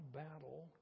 battle